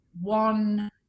one